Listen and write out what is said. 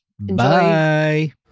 Bye